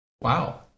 Wow